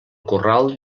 corral